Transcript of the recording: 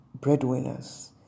breadwinners